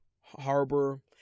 Harbor